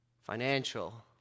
financial